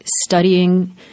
studying